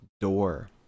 door